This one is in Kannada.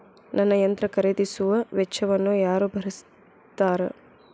ನನ್ನ ಯಂತ್ರ ಖರೇದಿಸುವ ವೆಚ್ಚವನ್ನು ಯಾರ ಭರ್ಸತಾರ್?